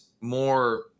more